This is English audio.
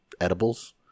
edibles